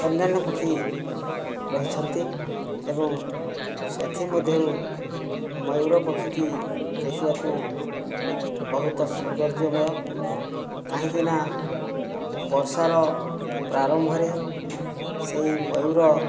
ଅନ୍ୟାନ୍ୟ ପକ୍ଷୀ ରହିଛନ୍ତି ଏବଂ ସେଥିମଧ୍ୟରୁ ମୟୂର ପକ୍ଷୀଟି ଦେଖିବାକୁ ବହୁତ ସୌନ୍ଦର୍ଯ୍ୟମୟ କାହିଁକିନା ବର୍ଷାର ପ୍ରାରମ୍ଭରେ ସେହି ମୟୂର